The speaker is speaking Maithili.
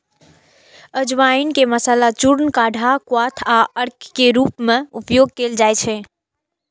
अजवाइन के मसाला, चूर्ण, काढ़ा, क्वाथ आ अर्क के रूप मे उपयोग कैल जाइ छै